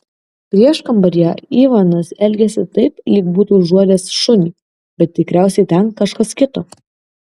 prieškambaryje ivanas elgėsi taip lyg būtų užuodęs šunį bet tikriausiai ten kažkas kito